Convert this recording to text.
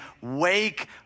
wake